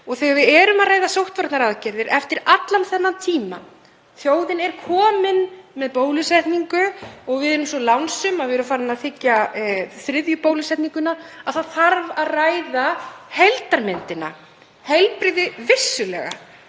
Þegar við ræðum sóttvarnaaðgerðir eftir allan þennan tíma, þjóðin er kominn með bólusetningu og við erum svo lánsöm að við erum farin að þiggja þriðju bólusetninguna, þá þarf að ræða heildarmyndina. Heilbrigði, vissulega,